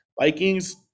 Vikings